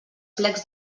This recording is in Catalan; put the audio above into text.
plecs